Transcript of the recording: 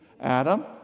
Adam